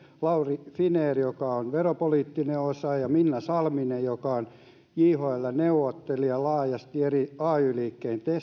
lauri finer joka on veropoliittinen osaaja minna salminen joka on jhln neuvottelija ja laajasti eri ay liikkeiden